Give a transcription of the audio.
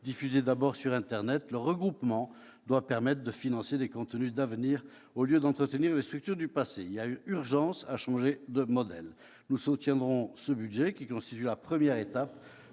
diffusés d'abord sur internet. Le regroupement doit permettre de financer des contenus d'avenir au lieu d'entretenir des structures du passé. Il y a urgence à changer de modèle. Nous soutiendrons donc ce budget constituant la première étape